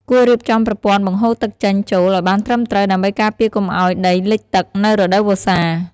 គួររៀបចំប្រព័ន្ធបង្ហូរទឹកចេញចូលឱ្យបានត្រឹមត្រូវដើម្បីការពារកុំឱ្យដីលិចទឹកនៅរដូវវស្សា។